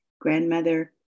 grandmother